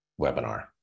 webinar